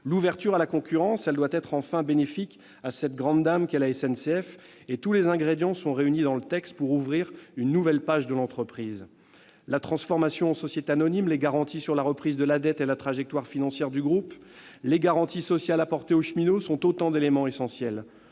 L'ouverture à la concurrence doit être bénéfique, enfin, pour cette grande dame qu'est la SNCF. Tous les ingrédients sont réunis dans le projet de loi pour ouvrir une nouvelle page de la vie de l'entreprise. La transformation en SA, les garanties sur la reprise de la dette et la trajectoire financière du groupe et les garanties sociales apportées aux cheminots sont autant d'éléments essentiels.